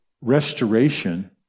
restoration